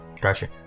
Gotcha